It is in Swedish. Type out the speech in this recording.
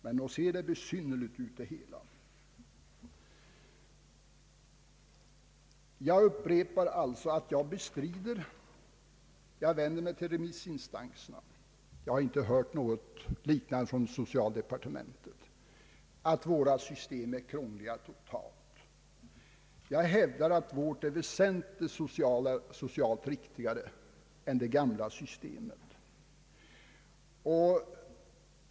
Men nog ser det besynnerligt ut. Jag upprepar att jag bestrider — jag vänder mig till remissinstanserna, ty jag har inte hört något liknande från socialdepartementet — att vårt system är krångligt totalt. Jag hävdar att vårt är socialt väsentligt riktigare än det gamla systemet.